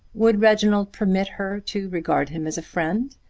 would reginald permit her to regard him as a friend?